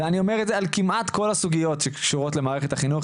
ואני אומר את זה על כמעט כל הסוגיות שקשורות למערכת החינוך.